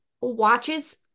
watches